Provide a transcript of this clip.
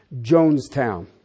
jonestown